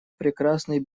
прекрасный